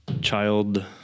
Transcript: child